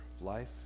life